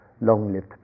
long-lived